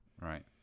Right